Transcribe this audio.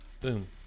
boom